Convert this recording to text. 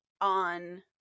on